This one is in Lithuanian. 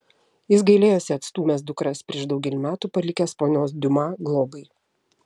jis gailėjosi atstūmęs dukras prieš daugelį metų palikęs ponios diuma globai